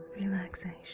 relaxation